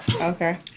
Okay